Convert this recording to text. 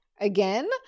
again